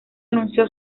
anunció